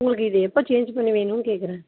உங்களுக்கு இது எப்போ சேஞ்ச் பண்ணி வேணும்ன்னு கேக்கிறேன்